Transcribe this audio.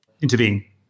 intervene